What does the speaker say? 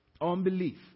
Unbelief